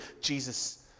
Jesus